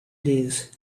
these